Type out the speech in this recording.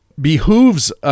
behooves